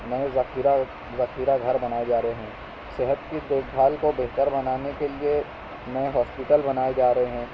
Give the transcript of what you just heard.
نئے ذخیرہ ذخیرہ گھر بنائے جا رہے ہیں صحت کی دیکھ بھال کو بہتر بنانے کے لیے نئے ہوسپٹل بنائے جا رہے ہیں